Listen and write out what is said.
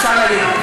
אפשר להגיד.